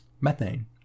methane